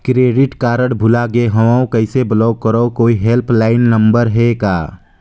Credit card भुला गे हववं कइसे ब्लाक करव? कोई हेल्पलाइन नंबर हे का?